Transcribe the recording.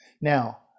Now